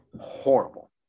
Horrible